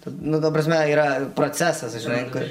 tad nu ta prasme yra procesas žinai